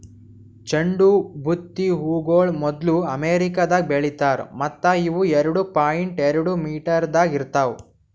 ಚಂಡು ಬುತ್ತಿ ಹೂಗೊಳ್ ಮೊದ್ಲು ಅಮೆರಿಕದಾಗ್ ಬೆಳಿತಾರ್ ಮತ್ತ ಇವು ಎರಡು ಪಾಯಿಂಟ್ ಎರಡು ಮೀಟರದಾಗ್ ಇರ್ತಾವ್